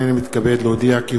הנני מתכבד להודיעכם,